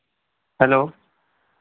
hello